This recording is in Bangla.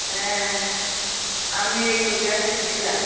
হ্যাঁ আমি এই তো গ্যাসের ডিলার